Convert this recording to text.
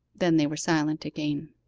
then they were silent again.